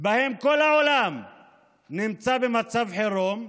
שבהם כל העולם נמצא במצב חירום,